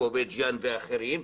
בית-ג'ן ואחרים,